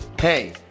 Hey